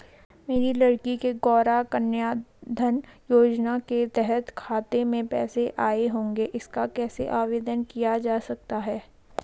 मेरी लड़की के गौंरा कन्याधन योजना के तहत खाते में पैसे आए होंगे इसका कैसे आवेदन किया जा सकता है?